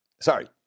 Sorry